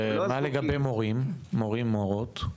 ומה לגבי מורים, מורות?